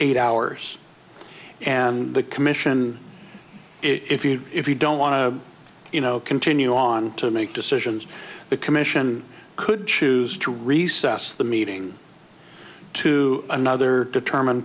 eight hours and the commission if you if you don't want to you know continue on to make decisions the commission could choose to recess the meeting to another determine